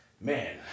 Man